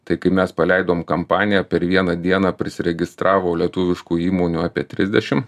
tai kai mes paleidom kampaniją per vieną dieną prisiregistravo lietuviškų įmonių apie trisdešim